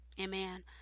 Amen